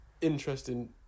interesting